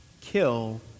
Kill